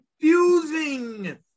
confusing